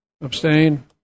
Abstain